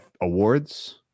awards